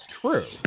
true